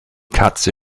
katze